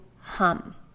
hum